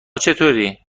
چطوری